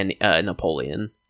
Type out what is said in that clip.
Napoleon